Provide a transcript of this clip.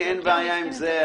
לי אין בעיה עם זה.